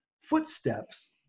footsteps